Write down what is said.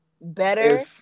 better